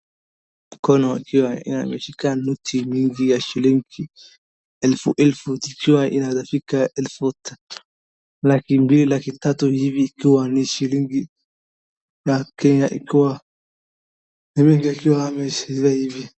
Mkono ikiwa imeshika noti mingi ya shilingi elfu elfu ikiwa inaeza fika elfu laki mbili, laki tatu hivi ikiwa ni shilingi ya Kenya ikiwa ni mingi akiwa ameshika hivi.